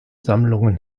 sammlungen